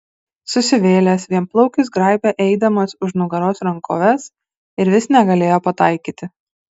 susivėlęs vienplaukis graibė eidamas už nugaros rankoves ir vis negalėjo pataikyti